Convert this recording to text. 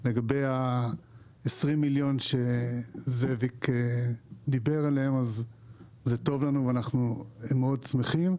לגבי ה-20 מיליון שזאביק דיבר עליהם אז זה טוב לנו ואנחנו מאד שמחים.